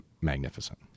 magnificent